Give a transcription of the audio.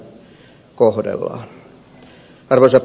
arvoisa puhemies